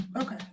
okay